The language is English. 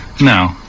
No